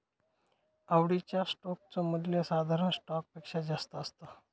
आवडीच्या स्टोक च मूल्य साधारण स्टॉक पेक्षा जास्त असत